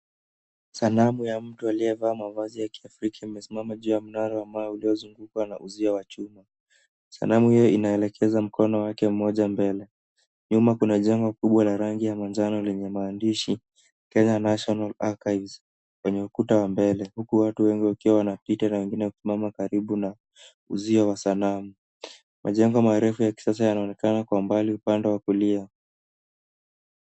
Sanamu ya mtu aliyevaa mavazi ya kiafrika amesimama juu ya mnara wa mawe ulio zungukwa na uzio wa chuma. Sanamu hiyo inaelekeza mkono wake mmoja mbele. Nyuma kuna jengo kubwa la rangi ya manjano lenye maandishi, Kenya National Archives, kwenye ukuta wa mbele, huku watu wengi wakiwa wanapita na wengine kusimama karibu na uzio huo wa sanamu. Majengo marefu ya kisasa yanaonekana kwa mbali upande wa kulia.